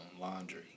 laundry